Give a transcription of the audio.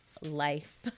life